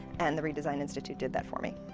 and the redesign institute did that for me.